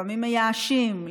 לפעמים מייאשים,